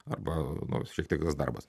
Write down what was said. arba nu šiek tiek tas darbas